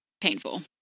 painful